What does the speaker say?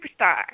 superstar